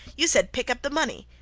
you said pick up the money.